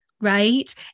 right